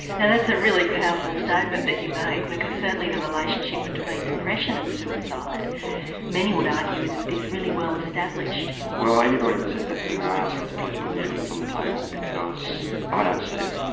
now that's a really powerful statement that you make, because certainly the relationship between depression and suicide many would argue is is really well established. well anybody that says that to me i ask them to please put the evidence on the table, because i don't see it,